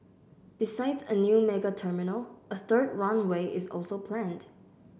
besides a new mega terminal a third runway is also planned